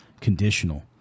conditional